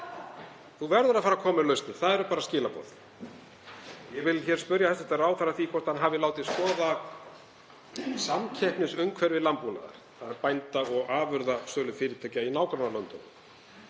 Þú verður að fara að koma með lausnir, það eru bara skilaboð. Ég vil spyrja hæstv. ráðherra að því hvort hann hafi látið skoða samkeppnisumhverfi landbúnaðar, þ.e. bænda og afurðasölu fyrirtækja í nágrannalöndunum,